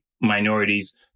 minorities